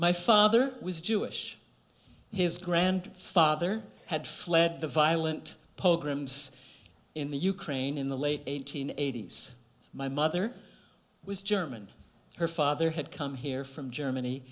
my father was jewish his grandfather had fled the violent pogroms in the ukraine in the late eight hundred eighty s my mother was german her father had come here from germany